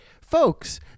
folks